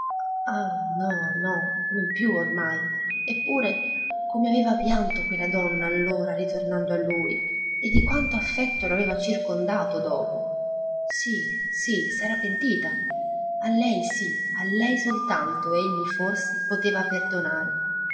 no no non più ormai eppure come aveva pianto quella donna allora ritornando a lui e di quanto affetto lo aveva circondato dopo sì sì s'era pentita a lei sì a lei soltanto egli forse poteva perdonare